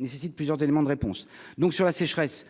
nécessite plusieurs éléments de réponse donc sur la sécheresse,